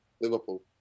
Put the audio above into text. Liverpool